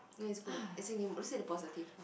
no it's good as in you say the positive mah